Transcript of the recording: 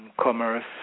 commerce